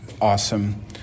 awesome